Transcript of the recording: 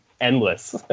endless